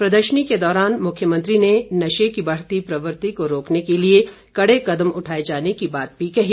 प्रदर्शनी के दौरान मुख्यमंत्री ने नशे की बढ़ती प्रवृति को रोकने के लिए कड़े कदम उठाए जाने की बात भी कही